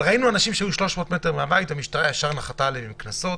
אבל ראינו אנשים שהיו 300 מטר מהבית והמשטרה ישר נחתה עליהם עם קנסות.